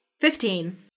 Fifteen